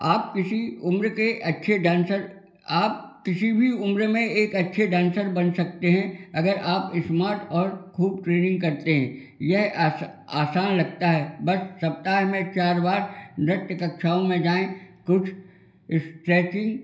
आप किसी उम्र के अच्छे डांसर आप किसी भी उम्र में एक अच्छे डांसर बन सकते हैं अगर आप इस्मार्ट और खूब ट्रेनिंग करते हैं यह आसान लगता है बस सप्ताह में चार बार नृत्य कक्षाओं में जाएँ कुछ स्ट्रेचिंग